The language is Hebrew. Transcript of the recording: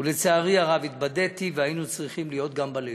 ולצערי הרב התבדיתי והיינו צריכים להיות גם בלילות.